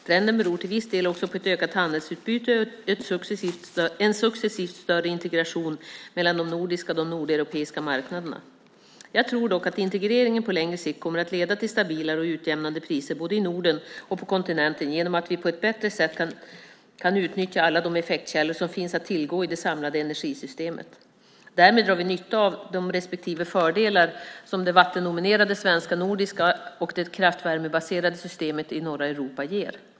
Trenden beror till viss del också på ett ökat handelsutbyte och en successivt större integration mellan de nordiska och de nordeuropeiska marknaderna. Jag tror dock att integreringen på längre sikt kommer att leda till stabilare och utjämnade priser både i Norden och på kontinenten genom att vi på ett bättre sätt kan utnyttja alla de effektkällor som finns att tillgå i det samlade energisystemet. Därmed drar vi nytta av de respektive fördelar som det vattendominerande svenska och nordiska och det kraftvärmebaserade systemet i norra Europa ger.